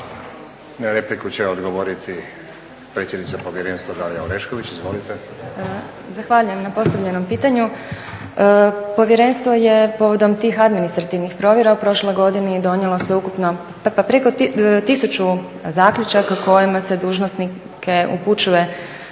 **Orešković, Dalija (Stranka s imenom i prezimenom)** Zahvaljujem na postavljenom pitanju. Povjerenstvo je povodom tih administrativnih provjera u prošloj godini donijelo sveukupno pa preko tisuću zaključaka kojima se dužnosnike upućuje